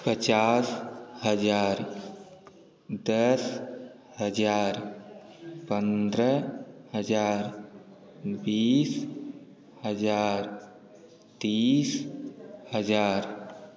पचास हजार दस हजार पंद्रह हजार बीस हजार तीस हजार